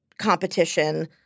competition